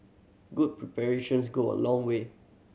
good preparations go a long way